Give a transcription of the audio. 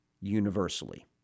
universally